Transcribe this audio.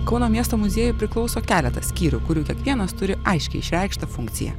kauno miesto muziejui priklauso keletas skyrių kurių kiekvienas turi aiškiai išreikštą funkciją